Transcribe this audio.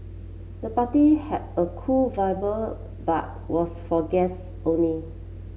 the party had a cool vibe but was for guests only